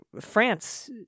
France